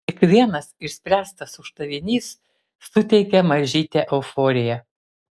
kiekvienas išspręstas uždavinys suteikia mažytę euforiją